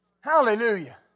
Hallelujah